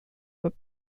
were